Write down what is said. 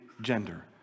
gender